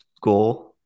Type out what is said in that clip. goal